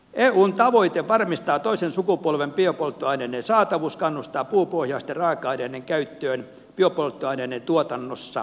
eun tavoite varmistaa toisen sukupolven biopolttoaineiden saatavuus kannustaa puupohjaisten raaka aineiden käyttöön biopolttoaineiden tuotannossa